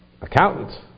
Accountant